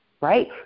Right